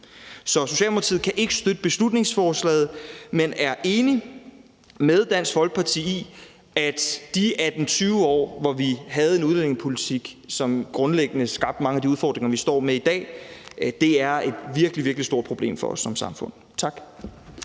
Så Socialdemokratiet kan ikke støtte beslutningsforslaget, men er enige med Dansk Folkeparti i, at de 18-20 år, hvor vi havde en udlændingepolitik, som grundlæggende skabte mange af de udfordringer, vi står med i dag, er et virkelig, virkelig stort problem for os som samfund. Tak.